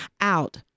out